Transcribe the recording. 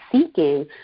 seeking